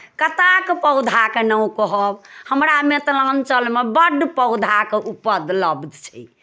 कताक पौधाके नाम कहब हमरा मिथिलाञ्चलमे बड्ड पौधाके उपलब्ध छै